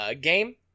game